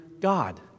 God